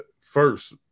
first